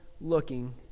looking